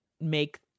make